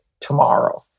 tomorrow